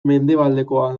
mendebaldekoa